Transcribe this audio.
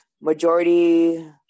majority